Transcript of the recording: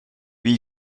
wie